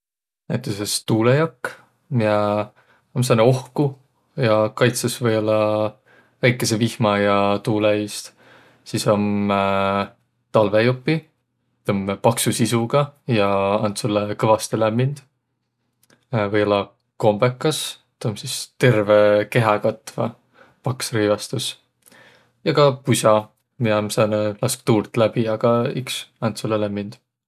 Näütüses tuulõjakk miä om sääne ohku ja kaitsõs võiollaq väikese vihma ja tuulõ iist. Sis om talvõjopi, tuu om paksu sisuga ja and sullõ kõvastõ lämmind. Või-ollaq kombõkas, tuu om sis terve kehhä katva paks rõivastus. Ja ka pus'a, miä om sääne, lask tuult läbi, aga iks and sullõ lämmind